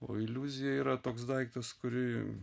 o iliuzija yra toks daiktas kurį